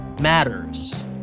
matters